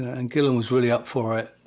and gillan was really up for it.